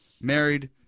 married